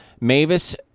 Mavis